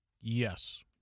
Yes